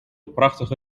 prachtige